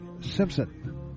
Simpson